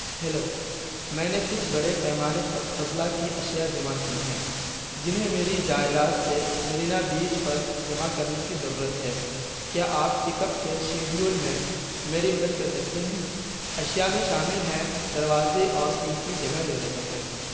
hello میں نے کچھ بڑے پیمانے پر فضلہ کی اشیا جمع کی ہیں جنہیں میری جائیداد سے مرینا بیچ پر جمع کرنے کی ضرورت ہے کیا آپ پک اپ کے شیڈیول میں میری مدد کر سکتے ہیں اشیا میں شامل ہیں دروازے اور قیمتی جگہ لے رہے ہیں